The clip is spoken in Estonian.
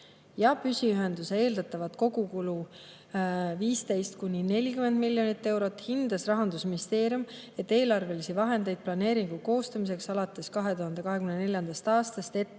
ja püsiühenduse eeldatav kogukulu on 15–40 miljonit eurot, hindas Rahandusministeerium, et eelarvelisi vahendeid planeeringu koostamiseks alates 2024. aastast ei